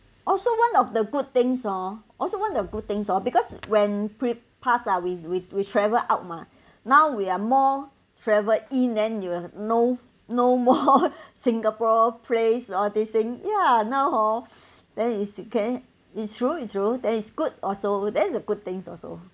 also one of the good things oh also one of the good things oh because when pre~ pass ah we we we travel out mah now we are more traveled in then you will know know more singapore place all these thing ya now hor then is you can it's true it's true that is good also that is a good thing also